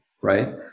right